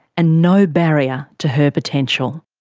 and no barrier to her potential.